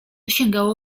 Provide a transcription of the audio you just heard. sięgało